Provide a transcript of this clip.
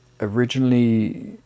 originally